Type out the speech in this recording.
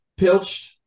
pilched